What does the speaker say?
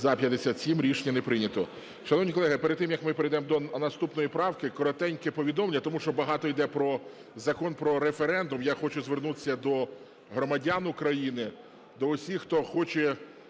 За-57 Рішення не прийнято.